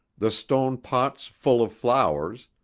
the stone pots full of flowers,